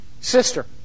sister